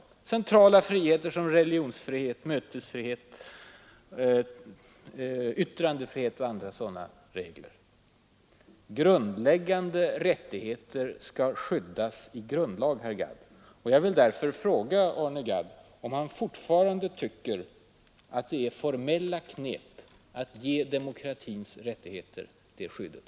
Jag tänker på centrala friheter som religionsfrihet, mötesfrihet, yttrandefrihet osv. Grundläggande rättigheter skall skyddas i grundlag. Jag vill därför fråga Arne Gadd, om han fortfarande tycker att det är ”formella knep” att ge demokratins rättigheter det skyddet.